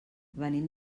venim